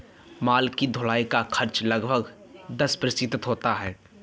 माल की ढुलाई का खर्च लगभग दस प्रतिशत होता है